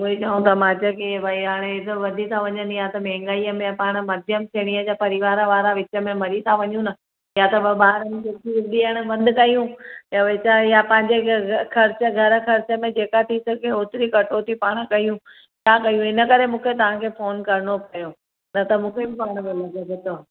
उअई चवनि था मां चओ की हे भई हाणे इहे त वधी था वञनि या त माहंगाई में या पाण मध्यम श्रेणीअ जा परिवार वारा विच में मरी त वञू ना या त मां ॿारनि दूध खे ॾियण बंदि कयूं या वरी पंहिंजे घर खर्च घर ख़र्च में जेका थी सघे होतिरी कटौती पाण कयूं छा कयूं हिन करे मूंखे तव्हांखे फोन करिणो पियो न त मूंखे बि पाण में लॻे पियो थो